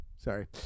Sorry